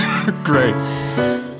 Great